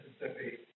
Mississippi